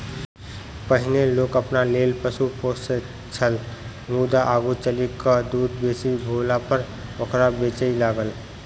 पहिनै लोक अपना लेल पशु पोसैत छल मुदा आगू चलि क दूध बेसी भेलापर ओकरा बेचय लागल